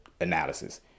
analysis